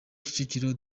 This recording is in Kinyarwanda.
kicukiro